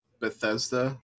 bethesda